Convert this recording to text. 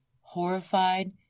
horrified